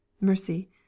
mercy